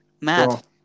Matt